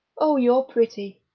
oh, you're pretty,